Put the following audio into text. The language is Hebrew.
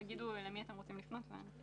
תגידו למי אתם רוצים לפנות.